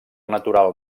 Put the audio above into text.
natural